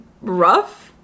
rough